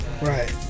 Right